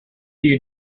you